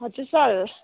हजुर सर